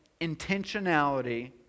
intentionality